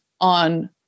on